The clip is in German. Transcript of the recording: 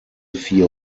vier